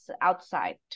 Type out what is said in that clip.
outside